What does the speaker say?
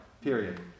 Period